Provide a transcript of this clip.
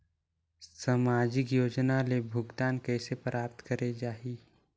समाजिक योजना ले भुगतान कइसे प्राप्त करे जाहि?